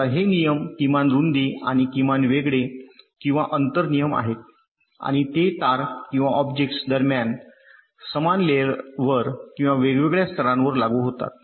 आता हे नियम किमान रूंदी आणि किमान वेगळे किंवा अंतर नियम आहेत आणि ते तार किंवा ऑब्जेक्ट्स दरम्यान समान लेयरवर किंवा वेगवेगळ्या स्तरांवर लागू होतात